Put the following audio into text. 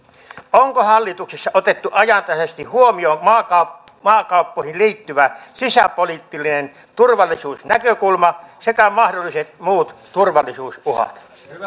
onko hallituksessa otettu ajantasaisesti huomioon maakauppoihin maakauppoihin liittyvä sisäpoliittinen turvallisuusnäkökulma sekä mahdolliset muut turvallisuusuhat